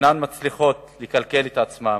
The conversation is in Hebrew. אינן מצליחות לכלכל את עצמן,